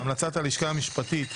המלצת הלשכה המשפטית היא